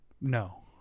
No